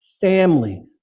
family